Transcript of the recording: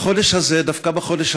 צם ומתמוגג, על אף השמש הקופחת